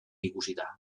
ikusita